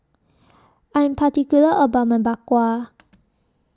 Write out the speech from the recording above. I Am particular about My Bak Kwa